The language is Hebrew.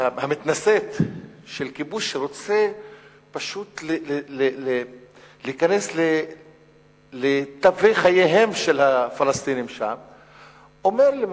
המתנשאת של כיבוש שרוצה פשוט להיכנס לתווי חייהם של הפלסטינים שם אומר,